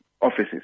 offices